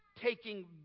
taking